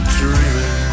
dreaming